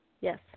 Yes